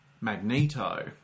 Magneto